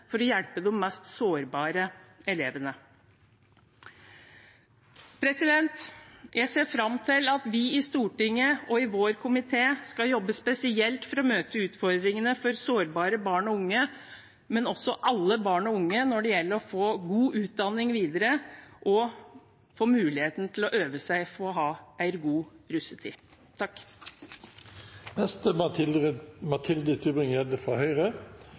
for å hjelpe de mest sårbare elevene. Jeg ser fram til at vi i Stortinget og i vår komité skal jobbe spesielt for å møte utfordringene for sårbare barn og unge, men også for alle barn og unge når det gjelder å få god utdanning videre og få muligheten til å øve seg på å ha en god russetid.